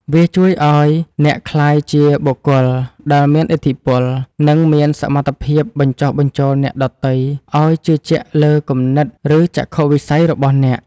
វាជួយឱ្យអ្នកក្លាយជាបុគ្គលដែលមានឥទ្ធិពល និងមានសមត្ថភាពបញ្ចុះបញ្ចូលអ្នកដទៃឱ្យជឿជាក់លើគំនិត ឬចក្ខុវិស័យរបស់អ្នក។